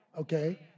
Okay